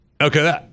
Okay